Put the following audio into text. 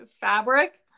fabric